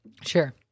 Sure